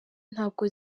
nazo